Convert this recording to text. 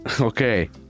Okay